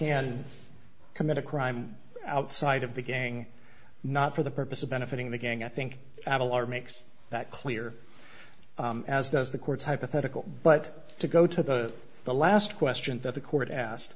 can commit a crime outside of the gang not for the purpose of benefiting the gang i think addle are makes that clear as does the court's hypothetical but to go to the the last question that the court asked